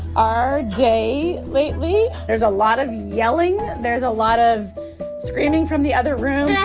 our day lately there's a lot of yelling. there's a lot of screaming from the other room. yeah